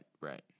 right